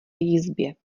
jizbě